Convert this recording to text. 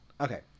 Okay